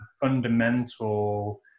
fundamental